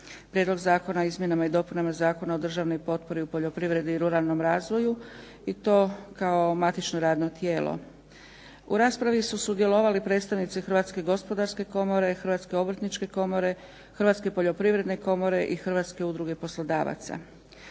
prijedlog Zakona o izmjenama i dopunama Zakona o državnoj potpori u poljoprivredi i ruralnom razvoju i to kao matično radno tijelo. U raspravi su sudjelovali predstavnici HGK-a, HOK-a, Hrvatske poljoprivredne komore i HUP-a. ocijenjen je pozitivnim